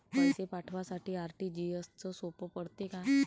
पैसे पाठवासाठी आर.टी.जी.एसचं सोप पडते का?